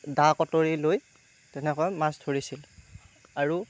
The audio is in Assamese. দা কটাৰী লৈ তেনেকৈ মাছ ধৰিছিল আৰু